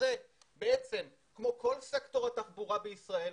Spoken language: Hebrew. שזה כמו כל סקטור התחבורה בישראל,